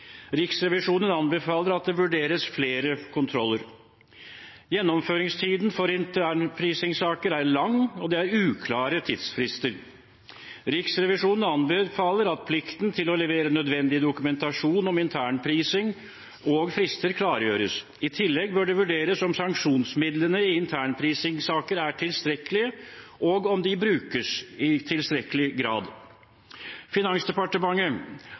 Riksrevisjonen anbefaler at det vurderes flere kontroller. Gjennomføringstiden for internprisingssaker er lang, og det er uklare tidsfrister. Riksrevisjonen anbefaler at plikten til å levere nødvendig dokumentasjon om internprising og frister klargjøres. I tillegg bør det vurderes om sanksjonsmidlene i internprisingssaker er tilstrekkelige, og om de brukes i tilstrekkelig grad. Finansdepartementet